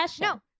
no